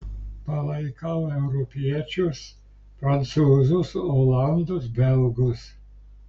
palaikau europiečius prancūzus olandus belgus